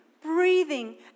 breathing